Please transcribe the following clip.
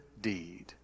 deed